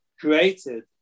created